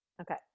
Okay